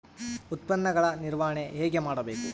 ಉತ್ಪನ್ನಗಳ ನಿರ್ವಹಣೆ ಹೇಗೆ ಮಾಡಬೇಕು?